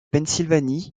pennsylvanie